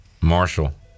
marshall